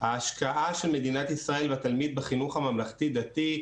ההשקעה של מדינת ישראל בתלמיד בחינוך הממלכתי-דתי,